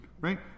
right